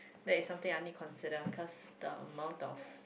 there is something I need consider cause the mouth of